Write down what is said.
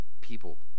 people